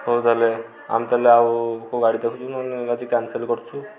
ହଉ ତାହାଲେ ଆମେ ତାହାଲେ ଆଉ କେଉଁ ଗାଡ଼ି ଦେଖୁଛୁ ନହେନେ ଆଜି କ୍ୟାନ୍ସଲ୍ କରୁଛୁ